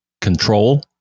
control